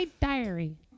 diary